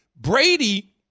Brady